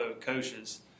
coaches